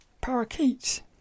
parakeets